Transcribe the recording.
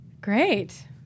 Great